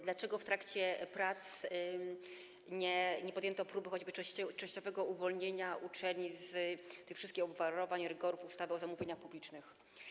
Dlaczego w trakcie prac nie podjęto próby choćby częściowego uwolnienia uczelni z tych wszystkich obwarowań, rygorów ustawy o zamówieniach publicznych?